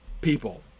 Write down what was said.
people